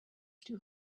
too